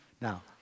Now